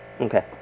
Okay